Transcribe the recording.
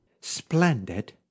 Splendid